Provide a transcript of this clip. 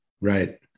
Right